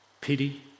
pity